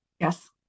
Yes